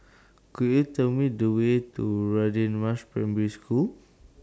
Could YOU Tell Me The Way to Radin Mas Primary School